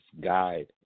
guide